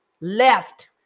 left